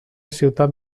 ciutat